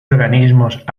organismos